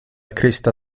cresta